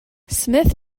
smith